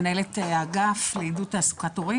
מנהלת האגף לעידוד תעסוקת הורים,